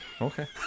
Okay